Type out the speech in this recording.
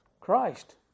Christ